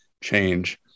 change